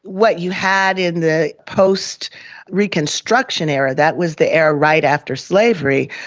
what you had in the post-reconstruction era, that was the era right after slavery,